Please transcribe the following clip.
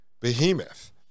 behemoth